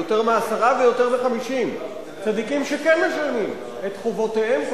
על יותר מעשרה ועל יותר מ-50 צדיקים שכן משלמים את חובותיהם,